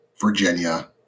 Virginia